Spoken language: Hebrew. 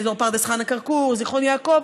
באזור פרדס חנה-כרכור, זיכרון יעקב.